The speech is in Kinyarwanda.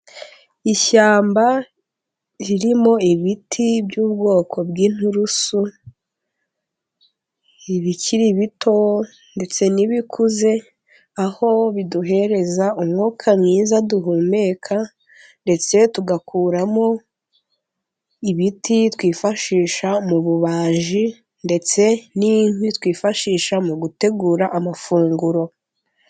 Ishyamba ririmo ibiti by'ubwoko bw'inturusu, ibikiri bito, ndetse n'ibikuze, aho biduhereza umwuka mwiza duhumeka, ndetse tugakuramo ibiti twifashisha mu bubaji, ndetse n'inkwi twifashisha mu gutegura amafunguro.